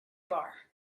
bar